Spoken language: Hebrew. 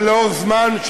ולאורך זמן,